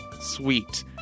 sweet